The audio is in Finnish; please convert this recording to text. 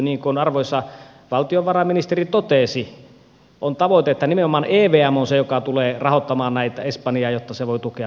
niin kuin arvoisa valtiovarainministeri totesi on tavoite että nimenomaan evm on se joka tulee rahoittamaan espanjaa jotta se voi tukea pankkeja